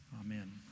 amen